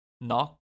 Knock